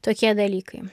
tokie dalykai